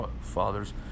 fathers